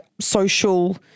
social